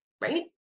right